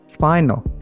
final